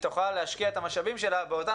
היא תוכל להשקיע את המשאבים שלה באותן